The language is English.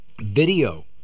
video